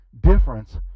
difference